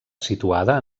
situada